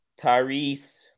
Tyrese